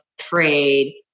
afraid